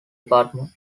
department